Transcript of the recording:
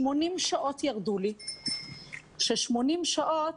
80 שעות ירדו לי, ש-80 שעות,